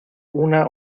una